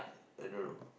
I don't know